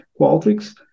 Qualtrics